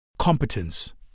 competence